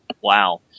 Wow